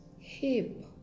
hip